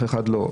אח אחד לא?